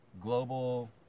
global